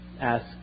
ask